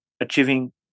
achieving